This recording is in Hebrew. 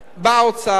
בא האוצר,